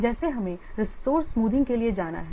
जैसे हमें resource smoothing के लिए जाना है